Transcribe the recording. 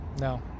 No